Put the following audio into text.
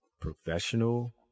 professional